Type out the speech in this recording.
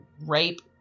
rape